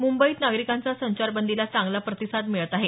मुंबईत नागरिकांचा संचारबंदीला चांगला प्रतिसाद मिळत आहे